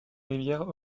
rivière